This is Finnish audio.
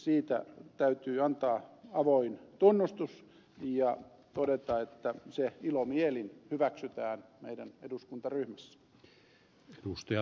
siitä täytyy antaa avoin tunnustus ja todeta että se ilomielin hyväksytään meidän eduskuntaryhmässämme